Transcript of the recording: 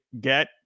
get